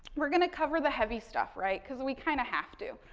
we're going to cover the heavy stuff, right, because we kind of have to.